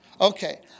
Okay